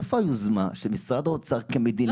איפה היוזמה של משרד האוצר כמדינה, כקופה?